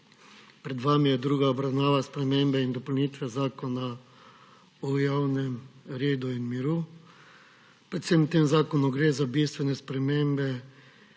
Pred vami je druga obravnava sprememb in dopolnitev Zakona o javnem redu in miru. V tem zakonu gre za bistvene spremembe,